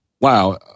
wow